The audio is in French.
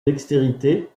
dextérité